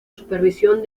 supervisión